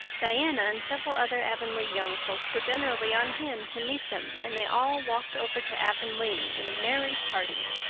diana and several other avonlea young folks were generally on hand to meet them and they all walked over to avonlea in a merry party.